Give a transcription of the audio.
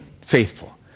Faithful